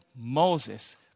Moses